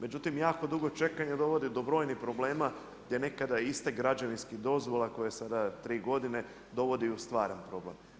Međutim, jako dugo čekanje dovodi do brojnih problema gdje nekada istek građevinskih dozvola koje sada tri godine dovodi u stvaran problem.